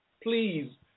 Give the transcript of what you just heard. please